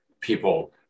people